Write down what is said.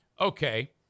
okay